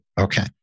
Okay